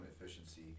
efficiency